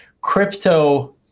crypto-